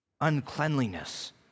uncleanliness